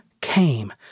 came